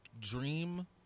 dream